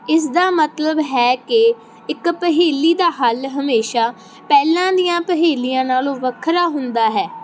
ਇਸ ਦਾ ਮਤਲਬ ਹੈ ਕਿ ਇੱਕ ਪਹੇਲੀ ਦਾ ਹੱਲ ਹਮੇਸ਼ਾ ਪਹਿਲਾਂ ਦੀਆਂ ਪਹੇਲੀਆਂ ਨਾਲੋਂ ਵੱਖਰਾ ਹੁੰਦਾ ਹੈ